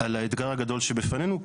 על האתגר הגדול שבפנינו,